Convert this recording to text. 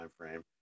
timeframe